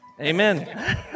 Amen